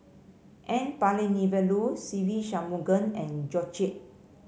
N Palanivelu Se Ve Shanmugam and Georgette Chen